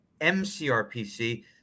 MCRPC